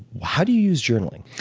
how do you use journaling?